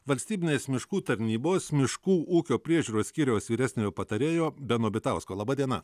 valstybinės miškų tarnybos miškų ūkio priežiūros skyriaus vyresniojo patarėjo beno bitausko laba diena